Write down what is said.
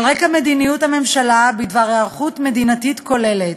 על רקע מדיניות הממשלה בדבר היערכות מדינתית כוללת